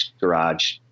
garage